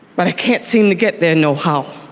but i can't seem to get there no how.